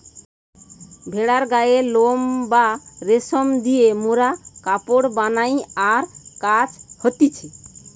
ভেড়ার গায়ের লোম বা রেশম দিয়ে মোরা কাপড় বানাই আরো কাজ হতিছে